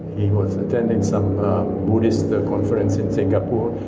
he was attending some buddhist conference in singapore,